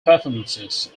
performances